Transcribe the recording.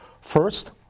first